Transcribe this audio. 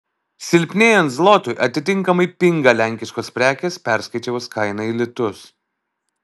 silpnėjant zlotui atitinkamai pinga lenkiškos prekės perskaičiavus kainą į litus